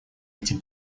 этим